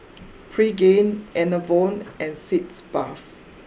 Pregain Enervon and Sitz Bath